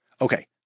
Okay